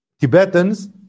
Tibetans